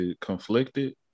conflicted